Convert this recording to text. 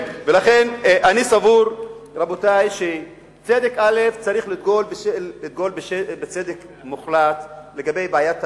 לכן אני סבור שצריך לדגול בצדק מוחלט לגבי בעיית הפליטים,